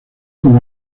con